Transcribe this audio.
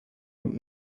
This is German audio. und